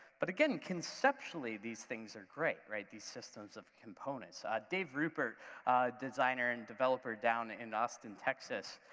but, again, conceptually these things are great, right, these systems of components. dave rupert, a designer and developer down in austin, texas,